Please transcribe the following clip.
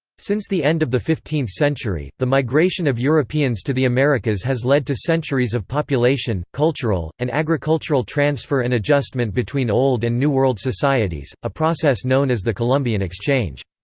since the end of the fifteenth century, the migration of europeans to the americas has led to centuries of population, cultural, and agricultural transfer and adjustment between old and new world societies, a process known as the columbian exchange.